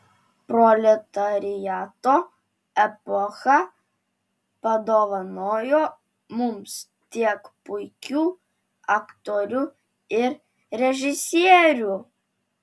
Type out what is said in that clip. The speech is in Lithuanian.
proletariato epocha padovanojo mums tiek puikių aktorių ir režisierių